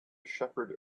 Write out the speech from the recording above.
shepherd